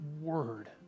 word